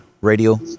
Radio